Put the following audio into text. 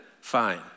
fine